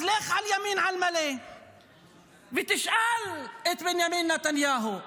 אז לך על ימין על מלא ותשאל את בנימין נתניהו,